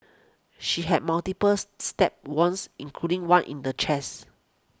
she had multiples stab ones including one in the chest